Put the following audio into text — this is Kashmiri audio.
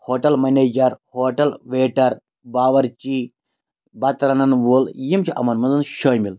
ہوٹل منیجر ہوٹل ویٹر باورچی بتہٕ رنن وول یِم چھِ یِمن منٛز شٲمِل